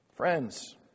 Friends